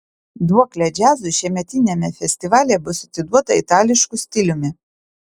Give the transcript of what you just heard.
duoklė džiazui šiemetiniame festivalyje bus atiduota itališku stiliumi